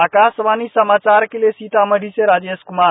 आकाशवाणी समाचार के लिए सीतामढी से राजेश कुमार